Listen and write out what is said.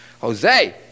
Jose